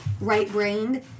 right-brained